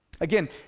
Again